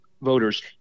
voters